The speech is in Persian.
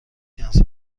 کنسل